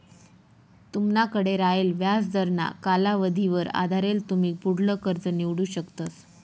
तुमनाकडे रायेल व्याजदरना कालावधीवर आधारेल तुमी पुढलं कर्ज निवडू शकतस